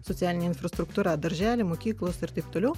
socialinė infrastruktūra darželiai mokyklos ir taip toliau